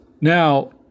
now